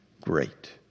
great